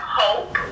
hope